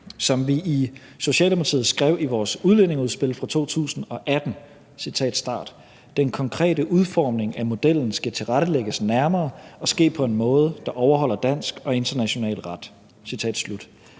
Som vi i Socialdemokratiet skrev i vores udlændingeudspil fra 2018: »Den konkrete udformning af modellen skal tilrettelægges nærmere og ske på en måde, der overholder dansk og international ret.« Det